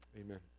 Amen